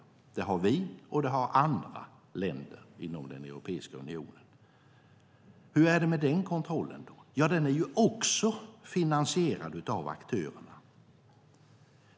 Det har vi och andra länder inom Europeiska unionen. Hur är det med den kontrollen? Den är också finansierad av aktörerna.